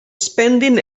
spending